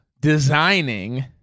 designing